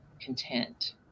content